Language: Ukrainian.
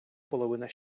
половина